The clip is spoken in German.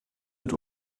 und